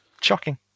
shocking